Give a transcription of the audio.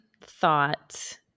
thought